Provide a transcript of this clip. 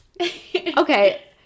Okay